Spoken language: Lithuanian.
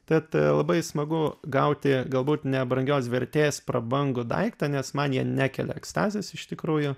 tad labai smagu gauti galbūt nebrangios vertės prabangų daiktą nes man jie nekelia ekstazės iš tikrųjų